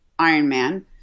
Ironman